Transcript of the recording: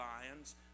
lions